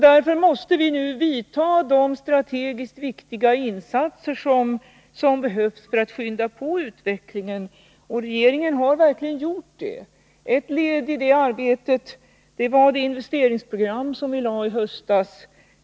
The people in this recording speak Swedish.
Därför måste vi nu vidta de strategiskt viktiga insatser som behövs för att skynda på utvecklingen, och regeringen har verkligen gjort det. Ett led i det arbetet var det investeringsprogram som vi lade fram i höstas.